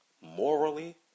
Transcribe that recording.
Morally